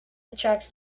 attracts